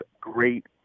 great